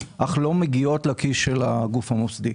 אך לא מגיעות לכיס של הגוף המוסדי.